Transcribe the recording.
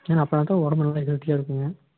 ஏன்னா அப்புறம் பார்த்தா உடம்பு நல்லா ஹெல்த்தியாக இருக்குங்க